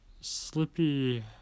Slippy